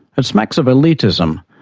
it smacks of elitism,